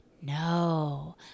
No